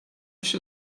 się